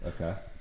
Okay